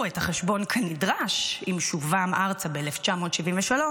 את החשבון כנדרש עם שובם ארצה ב-1973,